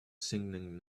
singing